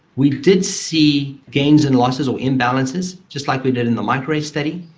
we did see gains and losses or imbalances, just like we did in the microarray study.